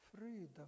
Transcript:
freedom